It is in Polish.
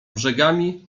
brzegami